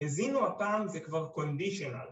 ‫הזינו אותם זה כבר conditional.